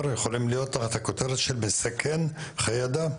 שהם יכולים להיות תחת הכותרת של "מסכן חיי אדם"?